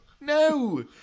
No